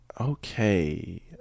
Okay